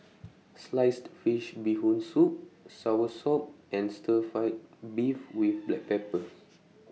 Sliced Fish Bee Hoon Soup Soursop and Stir Fried Beef with Black Pepper